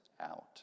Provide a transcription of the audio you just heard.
out